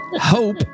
hope